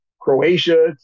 Croatia